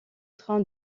train